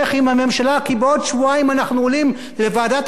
אנחנו עולים לוועדת הכלכלה לבקש על נפשנו,